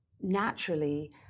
naturally